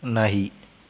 नाही